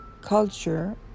culture